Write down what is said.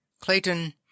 Clayton